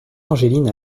angeline